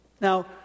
Now